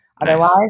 otherwise